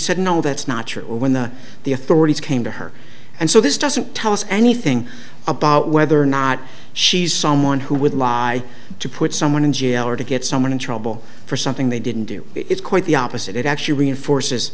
said no that's not true when the the authorities came to her and so this doesn't tell us anything about whether or not she's someone who would lie to put someone in jail or to get someone in trouble for something they didn't do it's quite the opposite it actually reinforces